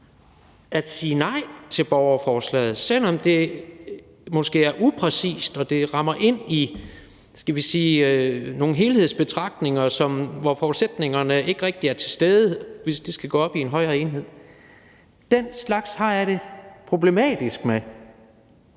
at sige nej til borgerforslaget, selv om det måske er upræcist, og det – skal vi sige – rammer ind i nogle helhedsbetragtninger, hvor forudsætningerne ikke rigtig er til stede, hvis det skal gå op i en højere enhed. Den slags har jeg det problematisk med,